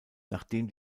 nachdem